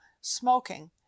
smoking